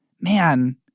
man